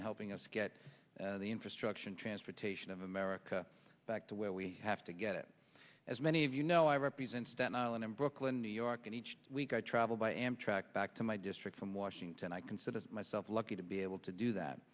in helping us get the infrastructure and transportation of america back to where we have to get it as many of you know i represent staten island and brooklyn new york and each week i travel by amtrak back to my district from washington i consider myself lucky to be able to do that